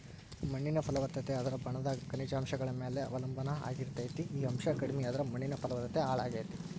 ಮಣ್ಣಿನ ಫಲವತ್ತತೆ ಅದರ ಬಣ್ಣದಾಗ ಖನಿಜಾಂಶಗಳ ಮ್ಯಾಲೆ ಅವಲಂಬನಾ ಆಗಿರ್ತೇತಿ, ಈ ಅಂಶ ಕಡಿಮಿಯಾದ್ರ ಮಣ್ಣಿನ ಫಲವತ್ತತೆ ಹಾಳಾಗ್ತೇತಿ